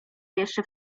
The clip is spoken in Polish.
jeszcze